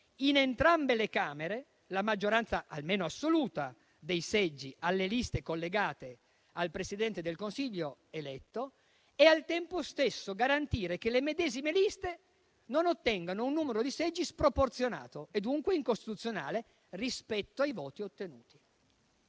in entrambe le Camere, la maggioranza almeno assoluta dei seggi alle liste collegate al Presidente del Consiglio eletto e, al tempo stesso, garantire che le medesime liste non ottengano un numero di seggi sproporzionato, e dunque incostituzionale, rispetto ai voti ottenuti.